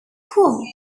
cool